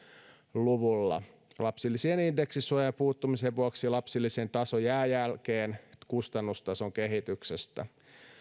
luvulla lapsilisien indeksisuojan puuttumisen vuoksi lapsilisien taso jää jälkeen kustannustason kehityksestä